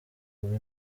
kuba